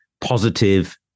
positive